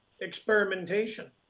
experimentation